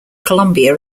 colombia